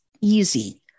easy